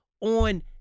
on